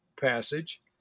passage